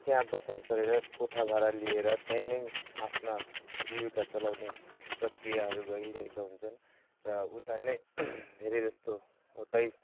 त्यहाँ बसाइ सरेर कोठा भाडा लिएर त्यहीँ नै आफ्ना जीविका चलाउने प्रक्रियाहरू गरिरहेका हुन्छन् र उता नै धेरै जस्तो उतै